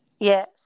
Yes